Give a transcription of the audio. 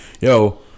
yo